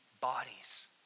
bodies